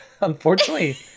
unfortunately